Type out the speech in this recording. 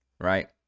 right